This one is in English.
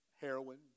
heroin